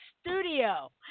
studio